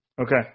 Okay